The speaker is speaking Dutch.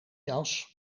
jas